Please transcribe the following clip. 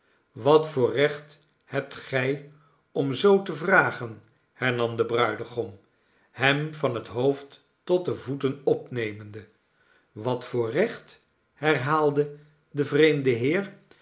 wat voor recht hebt gij om zoo te vragen hernam de bruidegom hem van het hoofd tot de voeten opnemende wat voor recht herhaalde de vreemde waar